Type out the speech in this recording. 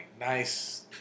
nice